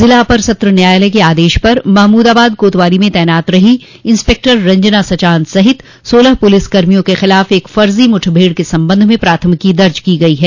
ज़िला अपर सत्र न्यायालय के आदेश पर महमूदाबाद कोतवाली में तैनात रहीं इंस्पेक्टर रंजना सचान सहित सोलह पुलिसकर्मियों के ख़िलाफ़ एक फ़र्ज़ी मुठभेड़ के संबंध में प्राथमिकी दज की गई है